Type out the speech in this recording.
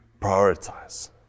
prioritize